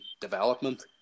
development